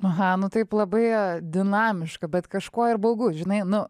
aha nu taip labai dinamiška bet kažkuo ir baugu žinai nu